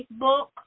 Facebook